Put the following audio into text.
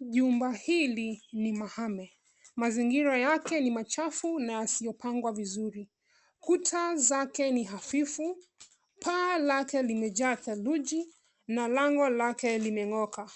Jumba hili ni mahame, mazingira yake ni machafu na yasiyopangwa vizuri. Kuta zake ni hafifu, paa lake limejaa theluji na lango lake limeng'oka.